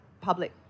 public